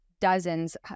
dozens